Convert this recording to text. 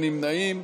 אין נמנעים,